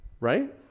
Right